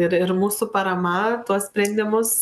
ir ir mūsų parama tuos sprendimus